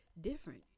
different